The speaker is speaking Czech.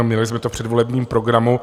Měli jsme to v předvolebním programu.